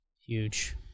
huge